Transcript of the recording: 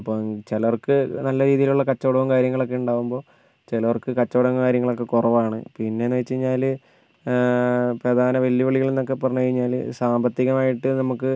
അപ്പം ചിലവർക്ക് നല്ല രീതിയിലുള്ള കച്ചവടം കാര്യങ്ങളൊക്കെ ഉണ്ടാകുമ്പോൾ ചിലർക്ക് കച്ചവടം കാര്യങ്ങളും ഒക്കെ കുറവാണ് പിന്നേന്ന് വെച്ച് കഴിഞ്ഞാൽ പ്രധാന വെല്ലുവിളികളെന്നൊക്കെ പറഞ്ഞു കഴിഞ്ഞാൽ സാമ്പത്തികമായിട്ട് നമുക്ക്